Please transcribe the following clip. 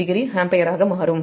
50 ampere ஆக மாறும்